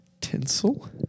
tinsel